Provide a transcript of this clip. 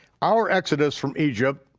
our exodus from egypt